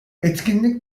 etkinlik